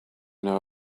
know